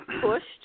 pushed